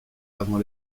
avant